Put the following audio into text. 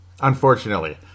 unfortunately